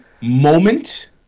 moment